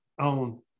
on